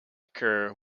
occur